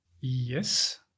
Yes